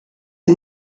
est